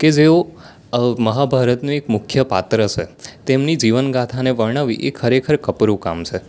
કે જેઓ મહાભારતનું એક મુખ્ય પાત્ર છે તેમની જીવનગાથાને વર્ણવવી એ ખરેખર કપરું કામ છે